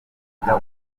wiga